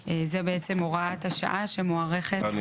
13:12) זו בעצם הוראת השעה --- אני